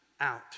out